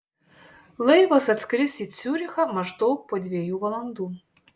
laivas atskris į ciurichą maždaug po dviejų valandų